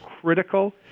critical